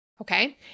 Okay